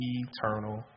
eternal